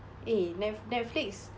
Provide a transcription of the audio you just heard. eh net~ Netflix